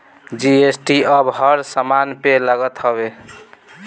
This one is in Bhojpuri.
जी.एस.टी अब हर समान पे लागत हवे